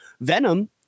Venom